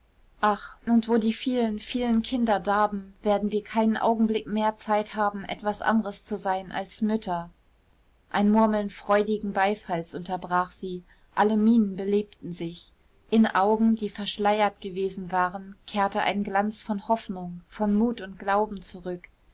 ach und wo die vielen vielen kinder darben werden wir keinen augenblick mehr zeit haben etwas anderes zu sein als mütter ein murmeln freudigen beifalls unterbrach sie alle mienen belebten sich in augen die verschleiert gewesen waren kehrte ein glanz von hoffnung von mut und glauben zurück